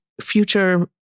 future